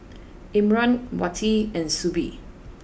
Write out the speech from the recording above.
Imran Wati and Shuib